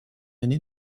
ainé